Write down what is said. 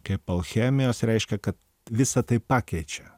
kaip alchemijos reiškia kad visa tai pakeičia